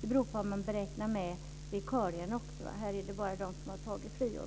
Det beror på om man räknar med vikarierna också. Här har man bara räknat med dem som har tagit friår.